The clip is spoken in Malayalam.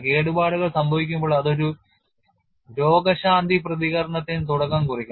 കേടുപാടുകൾ സംഭവിക്കുമ്പോൾ അത് ഒരു രോഗശാന്തി പ്രതികരണത്തിന് തുടക്കം കുറിക്കണം